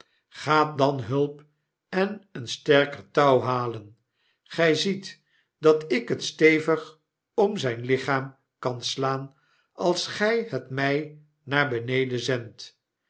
gaat dan hulp en een sterker touw halen gij ziet dat ik het stevig om zynlichaamkanslaanals gij het my naar beneden zendt